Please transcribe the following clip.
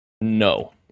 No